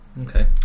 Okay